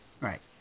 Right